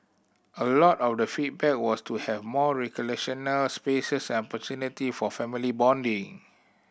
a lot of the feedback was to have more recreational spaces and opportunity for family bonding